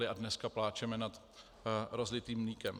A dneska pláčeme nad rozlitým mlékem.